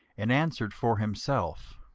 and answered for himself